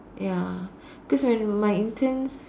ya because when my interns